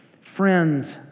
friends